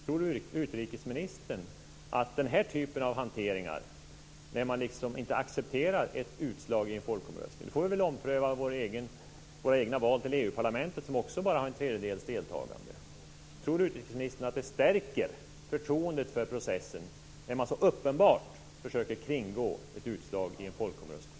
Tror utrikesministern att den här typen av hantering där man inte accepterar utan så uppenbart försöker kringgå utslaget i en folkomröstning stärker förtroendet för processen? I så fall får vi väl ompröva våra egna val till EU-parlamentet, som också har bara en tredjedels deltagande.